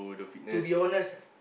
to be honest ah